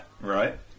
Right